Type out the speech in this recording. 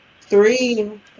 three